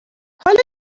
حالا